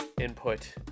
input